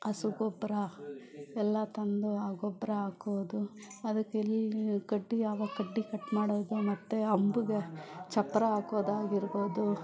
ಹಸು ಗೊಬ್ಬರ ಎಲ್ಲ ತಂದು ಆ ಗೊಬ್ಬರ ಹಾಕೋದು ಅದಕ್ಕೆ ಇಲ್ಲಿ ಕಡ್ಡಿ ಯಾವ ಕಡ್ಡಿ ಕಟ್ ಮಾಡೋದು ಮತ್ತೆ ಅಂಬುಗೆ ಚಪ್ಪರ ಹಾಕೋದಾಗಿರ್ಬೋದು